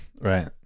Right